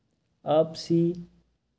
اَپسی